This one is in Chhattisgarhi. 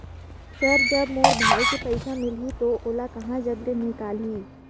सर जब मोर भाई के पइसा मिलही तो ओला कहा जग ले निकालिही?